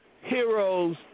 heroes